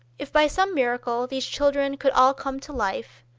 if by some miracle these children could all come to life,